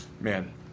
man